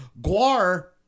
Guar